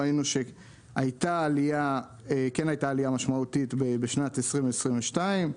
ראינו שכן הייתה עלייה משמעותית בשנת 2022,